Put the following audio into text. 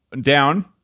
down